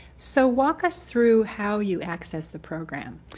so walk us through how you access the program,